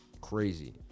crazy